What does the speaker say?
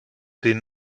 den